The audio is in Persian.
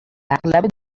اغلب